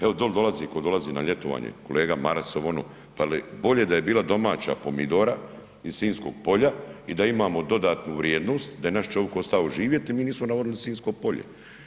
Evo dol dolazi, tko dolazi na ljetovanje, kolega Maras, ovo, ono, pa jel bolje da je bila domaća pomidora iz Sinjskog polja i da imamo dodatnu vrijednost da je naš čovjek ostao živjeti mi nismo navodili Sinjsko polje.